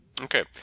Okay